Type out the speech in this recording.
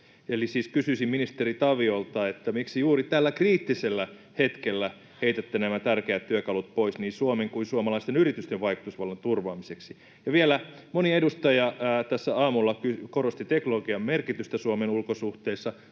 kysyisin ministeri Taviolta: miksi juuri tällä kriittisellä hetkellä heitätte nämä tärkeät työkalut pois niin Suomen kuin suomalaisten yritysten vaikutusvallan turvaamiseksi? Ja vielä: Moni edustaja tässä aamulla korosti teknologian merkitystä Suomen ulkosuhteissa.